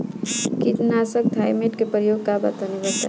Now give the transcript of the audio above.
कीटनाशक थाइमेट के प्रयोग का बा तनि बताई?